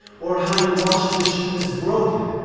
or how your washing machine is broken.